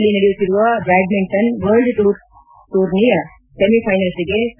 ಚೀನಾದಲ್ಲಿ ನಡೆಯುತ್ತಿರುವ badminton world tour ಟೂರ್ನಿಯ ಸೆಮಿಫೈನಲ್ಸ್ಗೆ ಒ